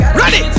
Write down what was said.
ready